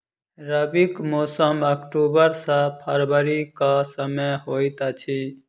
रबीक मौसम अक्टूबर सँ फरबरी क समय होइत अछि